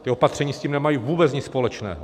Ta opatření s tím nemají vůbec nic společného.